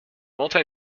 multi